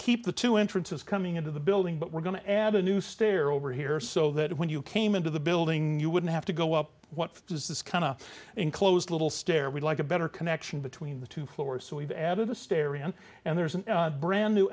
keep the two entrances coming into the building but we're going to add a new stair over here so that when you came into the building you wouldn't have to go up what does this kind of enclosed little stairway like a better connection between the two floors so we've added a stereo and there's a brand new